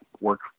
work